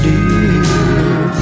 Dear